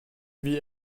wie